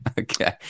Okay